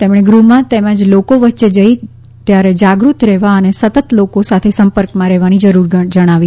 તેમણે ગૃહમાં તેમજ લોકો વચ્ચે જઈએ ત્યારે જાગૃત રહેવા અને સતત લોકો સાથે સંપર્કમાં રહેવાની જરૂર ગણાવી